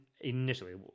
initially